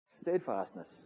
Steadfastness